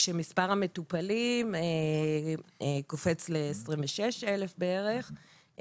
כשמספר המטופלים קופץ ל-26,000 בערך,